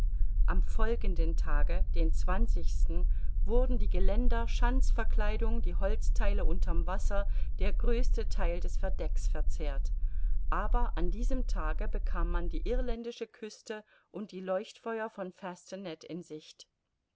am folgenden tage den wurden die geländer schanzverkleidung die holztheile unter'm wasser der größte theil des verdecks verzehrt aber an diesem tage bekam man die irländische küste und die leuchtfeuer von fastenet in sicht